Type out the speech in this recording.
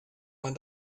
man